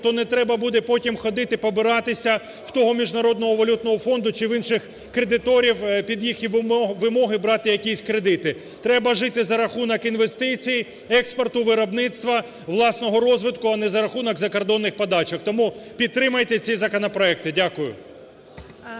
то не треба буде потім ходити побиратися в того Міжнародного валютного фонду чи в інших кредиторів, під їхні вимоги брати якісь кредити. Треба жити за рахунок інвестицій, експорту, виробництва, власного розвитку, а не за рахунок закордонних подачок. Тому підтримайте ці законопроекти. Дякую.